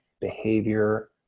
behavior